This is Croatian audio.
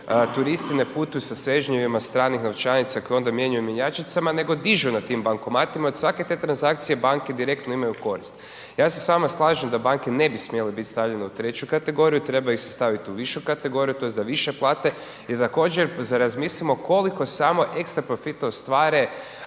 turisti ne putuju sa svežnjevima stranih novčanica koje onda mijenjaju u mjenjačnicama, nego dižu na tim bankomatima, od svake te transakcije banke direktno imaju korist. Ja se s vama slažem da banke ne bi smjele bit stavljene u treću kategoriju, treba ih se staviti u višu kategoriju tj. da više plate. I također da razmislimo koliko samo ekstra profita ostvare